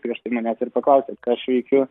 prieš tai manęs ir paklausėt ką aš veikiu